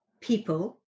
people